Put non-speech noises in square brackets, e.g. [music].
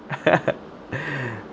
[laughs]